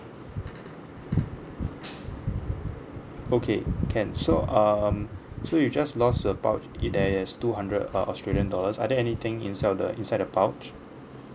okay can so um so you just lost about it there's two hundred uh australian dollars are there anything inside the inside the pouch